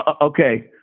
Okay